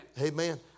Amen